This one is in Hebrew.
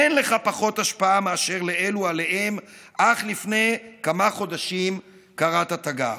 אין לך פחות השפעה מאשר לאלו שעליהם אך לפני כמה חודשים קראת תיגר.